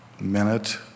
minute